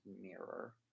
mirror